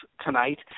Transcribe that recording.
tonight